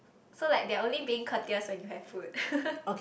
so like they are only being courteous when you have food